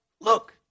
look